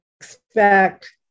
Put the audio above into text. expect